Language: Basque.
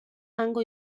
hango